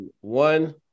one